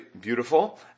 beautiful